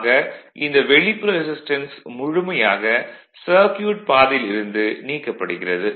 ஆக இந்த வெளிப்புற ரெசிஸ்டன்ஸ் முழுமையாக சர்க்யூட் பாதையில் இருந்து நீக்கப்படுகிறது